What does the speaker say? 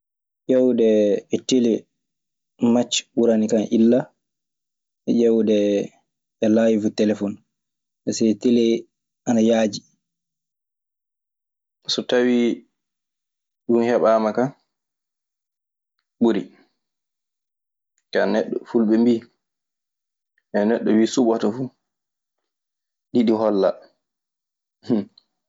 Ƴewde e tele macce ɓuranikan illa e ƴewde ee lawyifu telefon pasee telee ana yaaji. So tawii ɗun heɓaama ka ɓuri. Kaa neɗɗo, fulɓe mbii, tawii neɗɗo wii suɓoto fu ɗiɗi hollaa.